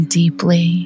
deeply